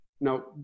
Now